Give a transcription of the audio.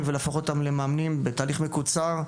ולהפוך אותם למאמנים בתהליך מקוצר,